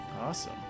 Awesome